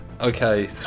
Okay